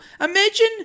Imagine